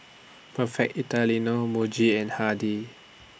Perfect Italiano Muji and Hardy's